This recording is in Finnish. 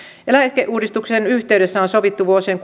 eläkeuudistuksen yhteydessä on sovittu vuosien